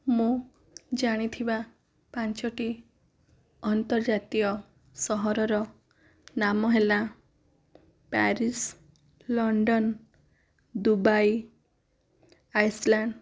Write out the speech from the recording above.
ମୁଁ ଜାଣିଥିବା ପାଞ୍ଚୋଟି ଅନ୍ତର୍ଜାତୀୟ ସହରର ନାମ ହେଲା ପ୍ୟାରିସ ଲଣ୍ଡନ ଦୁବାଇ ଆଇସଲ୍ୟାଣ୍ଡ